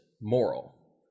moral